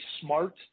smart